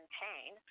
pain